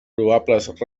probables